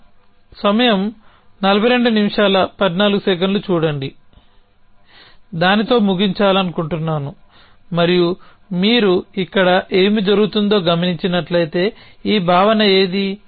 నేను సమయం 4214 చూడండి దానితో ముగించాలనుకుంటున్నాను మరియు మీరు ఇక్కడ ఏమి జరుగుతుందో గమనించినట్లయితే ఈ భావన ఏది